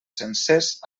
sencers